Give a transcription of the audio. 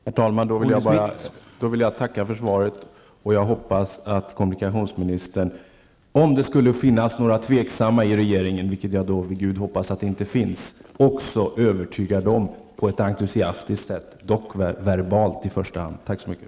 Herr talman! Jag tackar för svaret. Om det skulle finnas några tveksamma i regeringen, vilket jag vid Gud hoppas att det inte finns, förväntar jag mig att kommunikationsministern också övertygar dem på ett entusiastiskt sätt, och då i första hand verbalt.